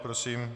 Prosím.